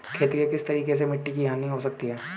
खेती के किस तरीके से मिट्टी की हानि हो सकती है?